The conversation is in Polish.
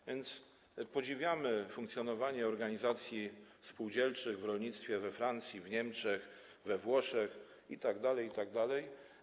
A więc podziwiamy funkcjonowanie organizacji spółdzielczych w rolnictwie we Francji, w Niemczech, we Włoszech itd., itd.